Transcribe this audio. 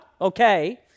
okay